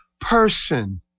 person